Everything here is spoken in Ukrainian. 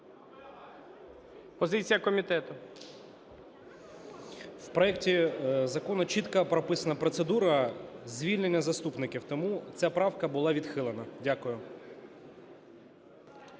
Д.А. У проекті закону чітко прописана процедура звільнення заступників, тому ця правка була відхилена. Дякую.